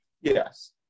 Yes